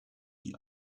die